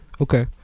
Okay